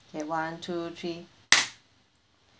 okay one two three